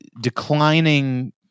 declining